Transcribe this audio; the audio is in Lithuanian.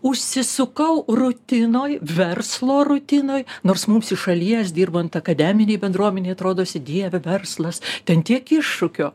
užsisukau rutinoj verslo rutinoj nors mums iš šalies dirbant akademinėj bendruomenėj rodosi dieve verslas ten tiek iššūkio